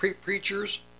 preachers